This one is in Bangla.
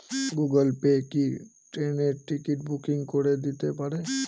গুগল পে কি ট্রেনের টিকিট বুকিং করে দিতে পারে?